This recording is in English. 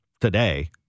today